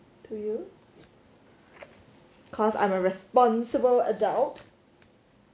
to you cause I'm a responsible adult